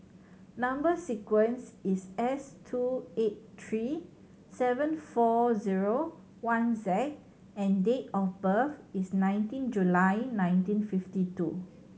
number sequence is S two eight three seven four zero one Z and date of birth is nineteen July nineteen fifty two